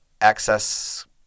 access